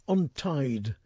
Untied